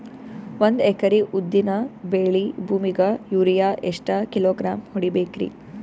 ಒಂದ್ ಎಕರಿ ಉದ್ದಿನ ಬೇಳಿ ಭೂಮಿಗ ಯೋರಿಯ ಎಷ್ಟ ಕಿಲೋಗ್ರಾಂ ಹೊಡೀಬೇಕ್ರಿ?